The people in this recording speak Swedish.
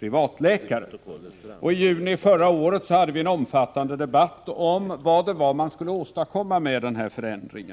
privatläkare. I juni förra året hade vi en omfattande debatt om syftet med denna förändring.